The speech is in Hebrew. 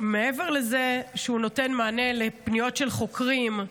מעבר לזה שהוא נותן מענה לפניות של חוקרים,